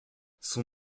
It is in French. son